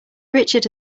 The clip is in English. richard